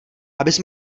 abys